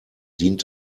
dient